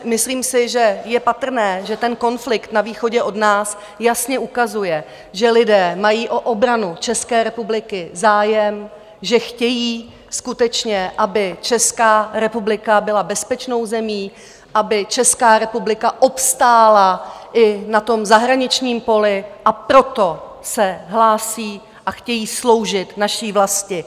Myslím si, že je patrné, že ten konflikt na východě od nás jasně ukazuje, že lidé mají o obranu České republiky zájem, že chtějí skutečně, aby Česká republika byla bezpečnou zemí, aby Česká republika obstála i na tom zahraničním poli, a proto se hlásí a chtějí sloužit naší vlasti.